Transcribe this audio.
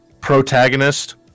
Protagonist